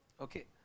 okay